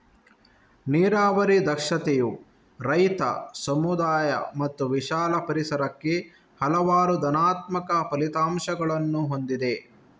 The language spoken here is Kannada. ನೀರಾವರಿ ದಕ್ಷತೆಯು ರೈತ, ಸಮುದಾಯ ಮತ್ತು ವಿಶಾಲ ಪರಿಸರಕ್ಕೆ ಹಲವಾರು ಧನಾತ್ಮಕ ಫಲಿತಾಂಶಗಳನ್ನು ಹೊಂದಿದೆ